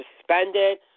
suspended